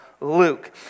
Luke